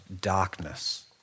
darkness